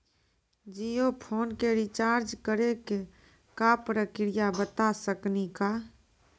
Jio phone के recharge करे के का प्रक्रिया बता साकिनी का?